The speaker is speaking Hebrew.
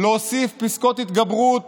להוסיף פסקאות התגברות